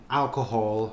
alcohol